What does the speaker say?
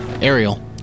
Ariel